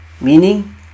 Meaning